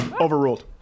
overruled